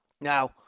Now